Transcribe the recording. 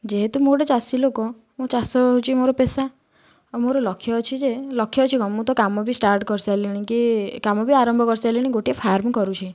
ଯେହେତୁ ମୁଁ ଗୋଟେ ଚାଷୀଲୋକ ମୁଁ ଚାଷ ହଉଛି ମୋର ପେଷା ଆଉ ମୋର ଲକ୍ଷ ଅଛି ଯେ ଲକ୍ଷ ଅଛି କ'ଣ ମୁଁ ତ କାମ ବି ଷ୍ଟାର୍ଟ କରିସାଇଲିଣି କି କାମ ବି ଆରମ୍ଭ କରିସାଇଲିଣି ଗୋଟିଏ ଫାର୍ମ କରୁଛି